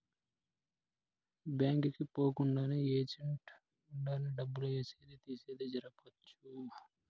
bank కి పోకుండానే agent గుండానే డబ్బులు ఏసేది తీసేది జరపొచ్చు